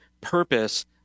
purpose